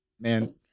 Man